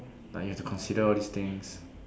like you have to consider all these things